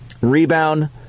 rebound